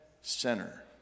center